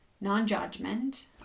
non-judgment